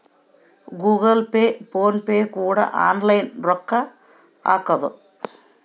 Google Pay PhonePe ಕೂಡ online ರೊಕ್ಕ ಹಕೊದೆ